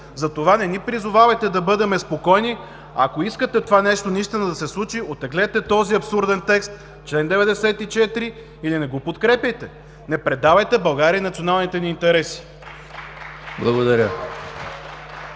Затова не ни призовавайте да бъдем спокойни! Ако искате това нещо наистина да се случи, оттеглете този абсурден текст – чл. 94, или не го подкрепяйте. Не предавайте България и националните ни интереси!